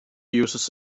uses